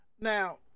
Now